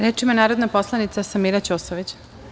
Reč ima narodna poslanica Samira Ćosović.